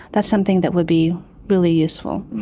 that's something that would be really useful.